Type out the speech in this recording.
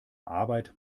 arbeit